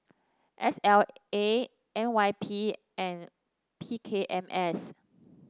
S L A N Y P and P K M S